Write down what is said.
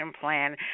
plan